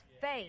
Faith